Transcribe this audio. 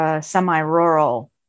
semi-rural